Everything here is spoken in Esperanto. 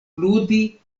ludi